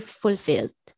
fulfilled